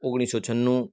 ઓગણીસો છન્નુ